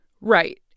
Right